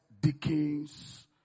Dickens